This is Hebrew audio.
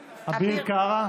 קארה,